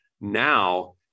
Now